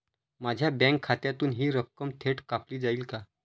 माझ्या बँक खात्यातून हि रक्कम थेट कापली जाईल का?